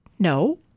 No